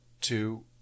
two